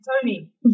Tony